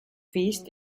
feist